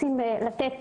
רוצים לתת